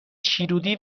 شیرودی